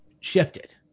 shifted